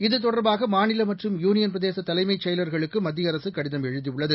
இத்தொடர்பாக மாநில மற்றும் யூனியன் பிரதேச தலைமைச் செயலாளர்களுக்கு மத்திய அரசு கடிதம் எழுதியுள்ளது